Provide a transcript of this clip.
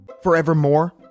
forevermore